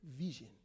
vision